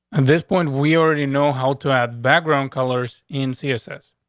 and this point, we already know how to add background colors in css.